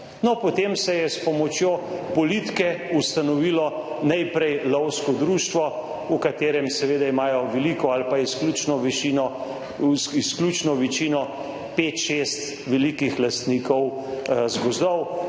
Potem se je s pomočjo politike ustanovilo najprej lovsko društvo, v katerem seveda imajo veliko ali pa izključno višino pet, šest velikih lastnikov iz gozdov